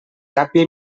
tàpia